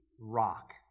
rock